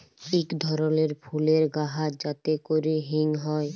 ইক ধরলের ফুলের গাহাচ যাতে ক্যরে হিং হ্যয়